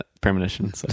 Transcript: premonition